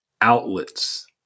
outlets